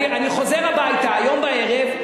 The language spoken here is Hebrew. אני חוזר הביתה הערב,